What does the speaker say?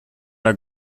der